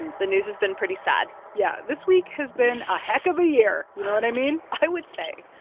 and the news has been pretty sad yeah. this week has been a heck of a year. you know what i mean? i would say.